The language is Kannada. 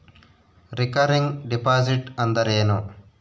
ರಿಕರಿಂಗ್ ಡಿಪಾಸಿಟ್ ಅಂದರೇನು?